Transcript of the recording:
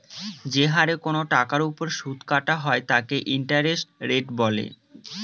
যে হারে কোনো টাকার ওপর সুদ কাটা হয় তাকে ইন্টারেস্ট রেট বলে